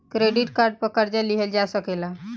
credit card पर कर्जा लिहल जा सकेला